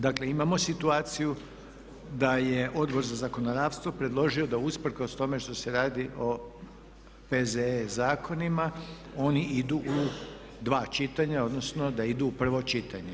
Dakle imamo situaciju da je Odbor za zakonodavstvo predložio da usprkos tome što se radi o P.Z.E. zakonima oni idu u dva čitanja, odnosno da idu u prvo čitanje.